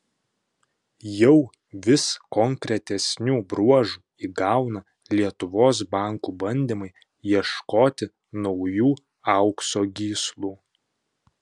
jau vis konkretesnių bruožų įgauna lietuvos bankų bandymai ieškoti naujų aukso gyslų